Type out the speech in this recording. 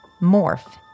morph